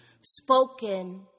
spoken